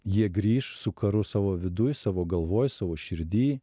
jie grįš su karu savo viduj savo galvoj savo širdy